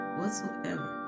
whatsoever